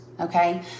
okay